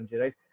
right